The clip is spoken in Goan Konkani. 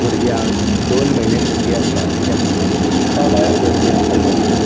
भुरग्यांक दोन म्हयने सुटी आसता कित्याक हिस्पा भायर गर्मी आसता गोंयांत